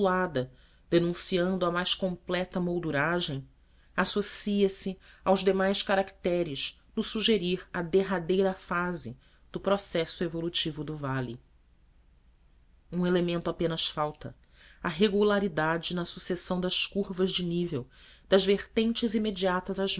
ondulada denunciando a mais completa molduragem associa se aos demais caracteres no sugerir a derradeira fase do processo evolutivo do vale um elemento apenas falta a regularidade na sucessão das curvas de nível das vertentes imediatas às